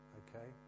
okay